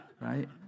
Right